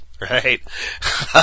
right